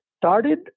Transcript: started